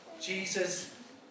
Jesus